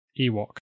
Ewok